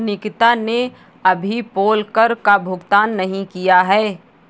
निकिता ने कभी पोल कर का भुगतान नहीं किया है